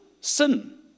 Sin